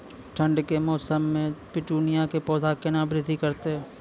ठंड के मौसम मे पिटूनिया के पौधा केना बृद्धि करतै?